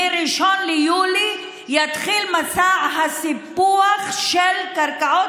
ב-1 ביולי יתחיל מסע הסיפוח של קרקעות